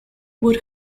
would